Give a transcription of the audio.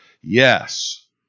yes